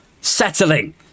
settling